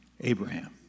Abraham